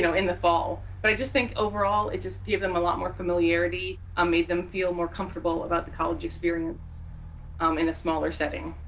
you know in the fall. but i just think overall, it just gave them a lot more familiarity, um made them feel more comfortable about the college experience um in a smaller setting?